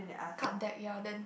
cut deck ya then